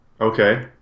Okay